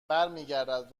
برمیگردد